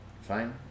Fine